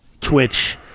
Twitch